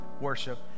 worship